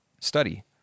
study